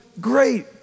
great